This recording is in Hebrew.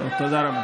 תודה.